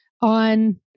on